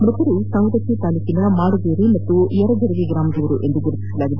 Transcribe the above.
ಮೃತರು ಸವದತ್ತಿ ತಾಲೂಕಿನ ಮಾಡಗೇರಿ ಮತ್ತು ಯರಜರವಿ ಗ್ರಾಮದವರು ಎಂದು ಗುರತಿಸಲಾಗಿದೆ